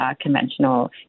conventional